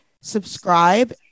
subscribe